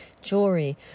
jewelry